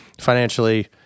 financially